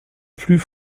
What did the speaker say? plus